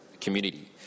community